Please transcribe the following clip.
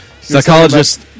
Psychologist